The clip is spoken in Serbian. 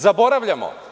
Zaboravljamo.